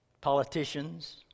politicians